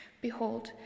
behold